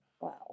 Wow